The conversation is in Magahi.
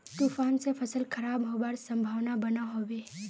तूफान से फसल खराब होबार संभावना बनो होबे?